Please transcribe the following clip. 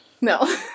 No